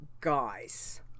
Guys